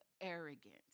arrogant